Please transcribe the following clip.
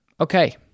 okay